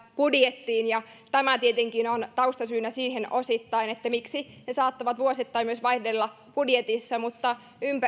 budjettiin tämä tietenkin on osittain taustasyynä siihen miksi ne saattavat vuosittain myös vaihdella budjetissa mutta